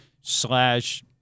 slash